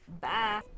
Bye